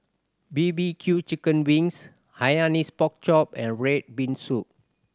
B B Q chicken wings Hainanese Pork Chop and red bean soup